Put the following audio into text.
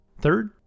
Third